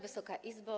Wysoka Izbo!